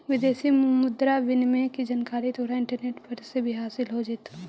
विदेशी मुद्रा विनिमय की जानकारी तोहरा इंटरनेट पर से भी हासील हो जाइतो